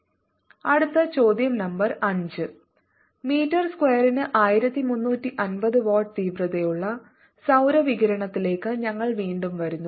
0×4π Vm 2×1350×4π×9×1093×108 ≅103 Vm അടുത്ത ചോദ്യo number 5 metre സ്ക്വയറിന് 1350 വാട്ട് തീവ്രതയുള്ള സൌരവികിരണത്തിലേക്ക് ഞങ്ങൾ വീണ്ടും വരുന്നു